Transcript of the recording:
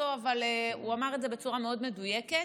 אבל הוא אמר את זה בצורה מאוד מדויקת: